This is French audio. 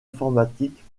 informatiques